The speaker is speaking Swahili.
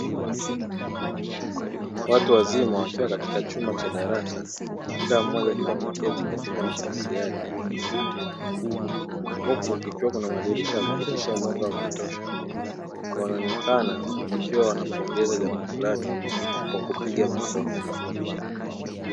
Watu wazima wakiwa katika chumba cha darasa kila mmoja kaiwa ameketi katika nafasi yake, huku kukiwa na madirisha ya kupitisha mwanga wa kutosha, wanaonekana wakiwa wanapongeza jambo fulani kwa kupiga makofi.